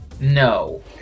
no